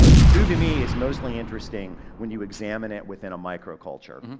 food to me is mostly interesting when you examine it within a micro-culture.